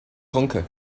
conquer